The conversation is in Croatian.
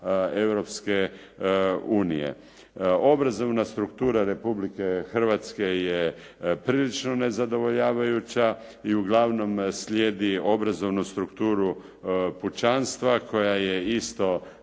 Europske unije. Obrazovna struktura Republike Hrvatske je prilično nezadovoljavajuća i uglavnom slijedi obrazovnu strukturu pučanstva koja je isto